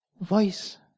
voice